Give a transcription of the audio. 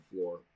floor